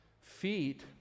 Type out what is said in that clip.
Feet